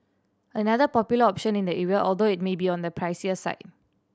another popular option in the area although it may be on the pricier side